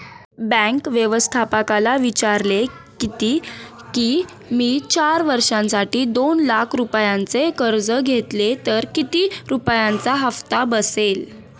bank व्यवस्थापकाला विचारले किती की, मी चार वर्षांसाठी दोन लाख रुपयांचे कर्ज घेतले तर किती रुपयांचा हप्ता बसेल